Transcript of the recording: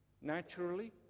Naturally